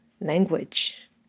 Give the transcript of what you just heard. language